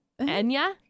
Enya